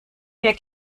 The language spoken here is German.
wir